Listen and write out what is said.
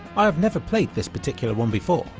i have never played this particular one before,